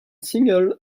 single